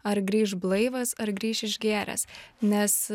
ar grįš blaivas ar grįš išgėręs nes